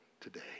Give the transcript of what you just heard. today